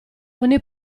ogni